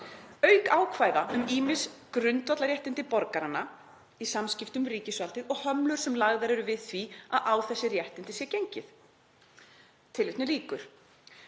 auk ákvæða um ýmis grundvallarréttindi borgaranna í samskiptum við ríkisvaldið og hömlur sem lagðar eru við því að á þessi réttindi sé gengið.“ Í lokaköflum